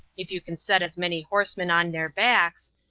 if you can set as many horsemen on their backs,